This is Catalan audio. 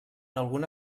alguna